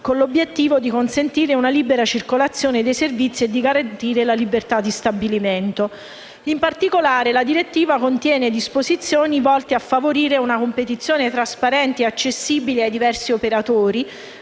con l'obiettivo di consentire una libera circolazione dei servizi e di garantire la libertà di stabilimento; in particolare, la direttiva contiene disposizioni volte a favorire una competizione trasparente e accessibile ai diversi operatori,